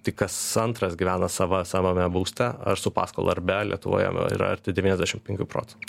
tik kas antras gyvena sava savame būste ar su paskola ar be lietuvoje yra arti devyniasdešimt penkių procentų